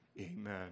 Amen